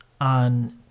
on